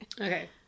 Okay